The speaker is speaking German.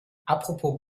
apropos